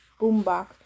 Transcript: boombox